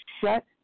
shut